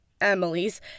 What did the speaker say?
Emily's